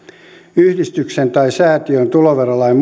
yhdistyksen tai säätiön tuloverolain